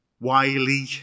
wily